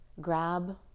grab